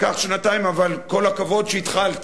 לקח שנתיים, אבל כל הכבוד שהתחלתם,